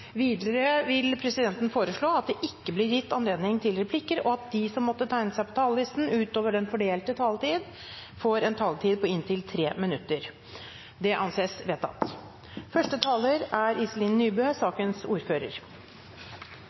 Videre vil presidenten foreslå at det ikke blir gitt anledning til replikker, og at de som måtte tegne seg på talerlisten utover den fordelte taletid, får en taletid på inntil 3 minutter. – Det anses vedtatt.